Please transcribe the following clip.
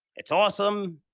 it's awesome.